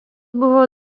buvo